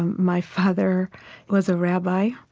um my father was a rabbi.